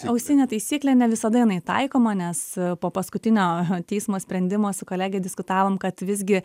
auksinė taisyklė ne visada jinai taikoma nes po paskutinio teismo sprendimo su kolege diskutavom kad visgi